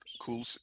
cool